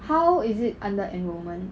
how is it under enrolment